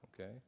okay